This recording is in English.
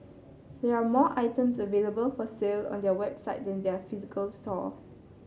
there are more items available for sale on their website than their physical store